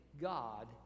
God